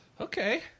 Okay